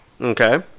Okay